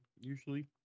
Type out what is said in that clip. usually